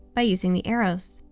by using the arrows.